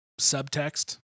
subtext